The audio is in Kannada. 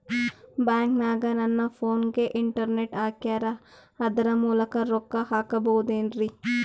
ಬ್ಯಾಂಕನಗ ನನ್ನ ಫೋನಗೆ ಇಂಟರ್ನೆಟ್ ಹಾಕ್ಯಾರ ಅದರ ಮೂಲಕ ರೊಕ್ಕ ಹಾಕಬಹುದೇನ್ರಿ?